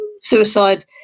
suicide